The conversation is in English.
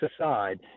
aside